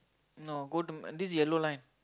no go to this is yellow line